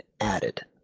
added